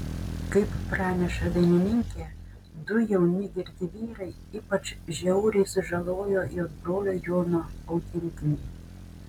kaip praneša dainininkė du jauni girti vyrai ypač žiauriai sužalojo jos brolio jono augintinį